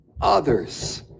others